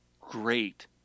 great